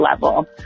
level